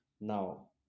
Now